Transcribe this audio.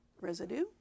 residue